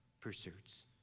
pursuits